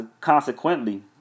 Consequently